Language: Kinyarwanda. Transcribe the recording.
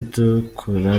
itukura